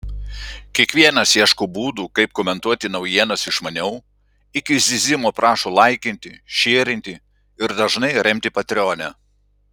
kiekvienas ieško būdų kaip komentuoti naujienas išmaniau iki zyzimo prašo laikinti šierinti ir dažnai remti patreone